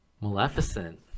Maleficent